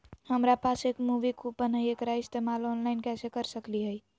हमरा पास एक मूवी कूपन हई, एकरा इस्तेमाल ऑनलाइन कैसे कर सकली हई?